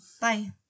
Bye